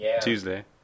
Tuesday